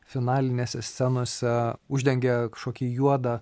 finalinėse scenose uždengia kažkokį juodą